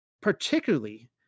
particularly